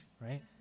right